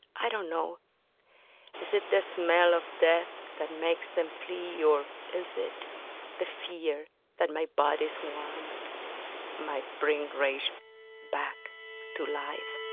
i don't know is it the smell of death that makes them flee or is it the fear that my body's warmth might bring rage back to life